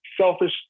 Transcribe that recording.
selfish